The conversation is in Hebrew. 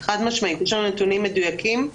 חד משמעית יש לנו נתונים מדויקים.